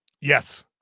Yes